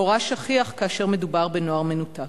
מאורע שכיח כאשר מדובר בנוער מנותק.